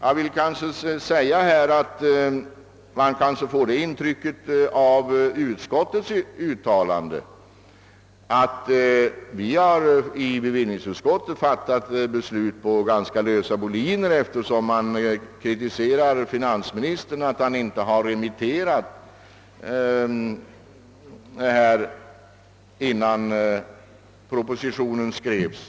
Av utskottsmajoritetens uttalande kan man måhända få det intrycket, att vi inom bevillningsutskottet fattat beslut på lösa boliner. Utskottsmajoriteten kritiserar nämligen finansministern för att han inte remitterat förslaget innan propositionen skrevs.